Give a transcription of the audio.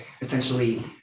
essentially